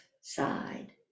side